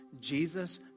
Jesus